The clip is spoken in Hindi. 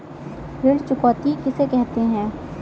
ऋण चुकौती किसे कहते हैं?